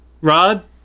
Rod